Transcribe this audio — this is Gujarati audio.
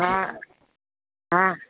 હા હા